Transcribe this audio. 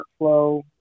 workflow